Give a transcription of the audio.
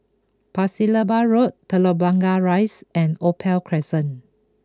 Pasir Laba Road Telok Blangah Rise and Opal Crescent